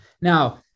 now